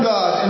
God